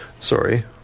Sorry